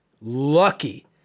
lucky